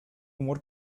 humor